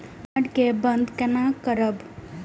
Card के बन्द केना करब?